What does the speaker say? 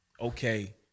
okay